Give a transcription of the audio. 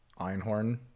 einhorn